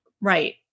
right